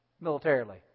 militarily